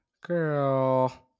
Girl